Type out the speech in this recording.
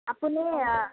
আপুনি আ